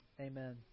Amen